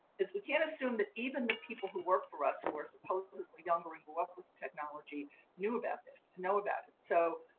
is we can't assume that even the people who work for us who are supposedly younger and grew up with technology knew about this, know about it. so